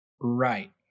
Right